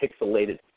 pixelated